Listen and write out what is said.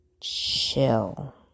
chill